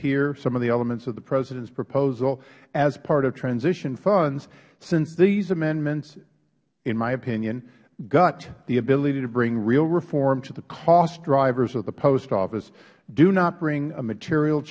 here some of the elements of the presidents proposal as part of transition funds since these amendments in my opinion gut the ability to bring real reform to the cost drivers of the post office do not bring a material